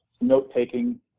note-taking